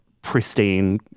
pristine